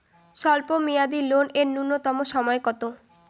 স্বল্প মেয়াদী লোন এর নূন্যতম সময় কতো?